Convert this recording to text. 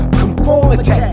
conformity